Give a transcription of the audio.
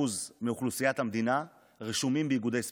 מאוכלוסיית המדינה רשומים באיגודי ספורט.